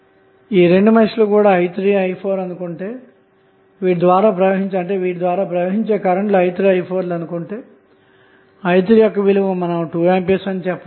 mesh current లు i3 అని i4 అనుకొంటే i3యొక్క విలువ 2A అని చెప్పవచ్చు